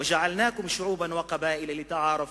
וחילקנו אתכם לעמים ושבטים למען תבחינו